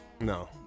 No